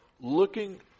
looking